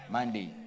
Monday